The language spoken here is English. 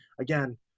again